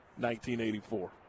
1984